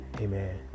amen